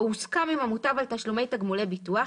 או הוסכם עם המוטב על תשלומי תגמולי ביטוח,